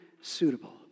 suitable